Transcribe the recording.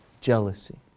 Jealousy